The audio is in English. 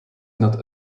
not